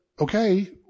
Okay